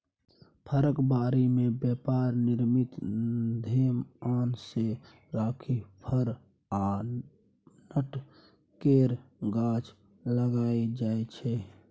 फरक बारी मे बेपार निमित्त धेआन मे राखि फर आ नट केर गाछ लगाएल जाइ छै